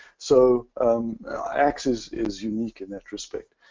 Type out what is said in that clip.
so axe is is unique in that respect.